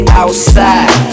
outside